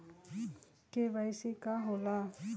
KYC का होला?